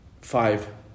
five